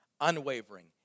unwavering